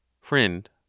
Friend